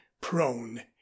prone